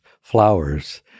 flowers